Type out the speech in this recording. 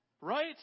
Right